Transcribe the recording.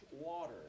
water